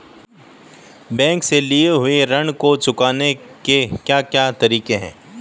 Bank से लिए हुए ऋण को चुकाने के क्या क्या तरीके हैं?